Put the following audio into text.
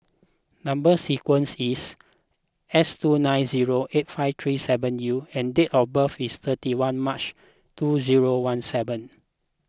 Number Sequence is S two nine zero eight five three seven U and date of birth is thirty one March two zero one seven